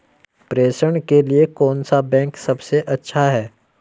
प्रेषण के लिए कौन सा बैंक सबसे अच्छा है?